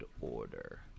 Order